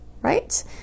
right